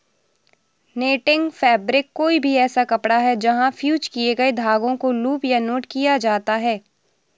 netting fabric कोई भी ऐसा कपड़ा है जहाँ फ़्यूज़ किए गए धागों को लूप या नॉट किया जाता है